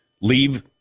leave